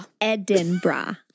Edinburgh